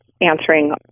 answering